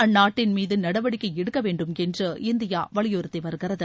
அந்நாட்டின் மீதநடவடிக்கைஎடுக்கவேண்டுமென்று இந்தியாவலியுறுத்திவருகிறது